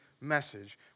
message